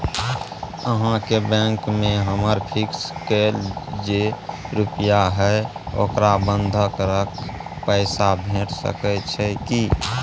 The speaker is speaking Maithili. अहाँके बैंक में हमर फिक्स कैल जे रुपिया हय ओकरा बंधक रख पैसा भेट सकै छै कि?